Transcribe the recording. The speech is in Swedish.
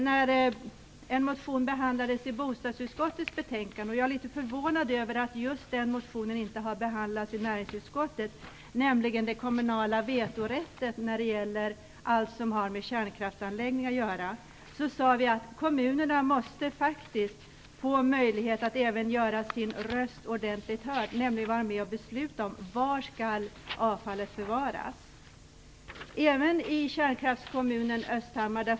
När en motion om den kommunala vetorätten när det gäller allt som har med kärnkraftsanläggningar att göra behandlades i bostadsutskottets betänkande - jag är förvånad att den motionen inte har behandlats i näringsutskottet - sade vi att kommunerna faktiskt måste få möjlighet att även göra sina röster ordentligt hörda, nämligen att vara med och besluta om var avfallet skall förvaras.